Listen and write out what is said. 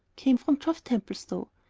came from geoff templestowe.